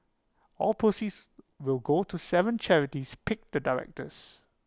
all proceeds will go to Seven charities picked the directors